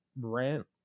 rent